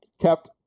Kept